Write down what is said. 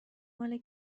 مال